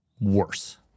worse